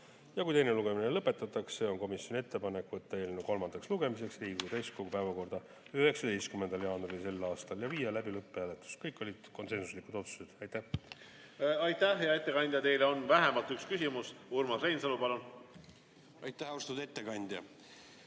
ja kui teine lugemine lõpetatakse, on komisjoni ettepanek võtta eelnõu kolmandaks lugemiseks Riigikogu täiskogu päevakorda 19. jaanuaril sel aastal ja viia läbi lõpphääletus. Kõik olid konsensuslikud otsused. Aitäh! Aitäh, hea ettekandja! Teile on vähemalt üks küsimus. Urmas Reinsalu, palun! Aitäh, hea ettekandja!